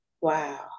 Wow